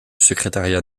secrétariat